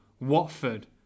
Watford